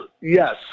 Yes